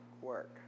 work